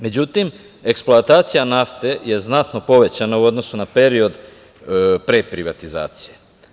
Međutim, eksploatacija nafte je znatno povećana u odnosu na period pre privatizacije.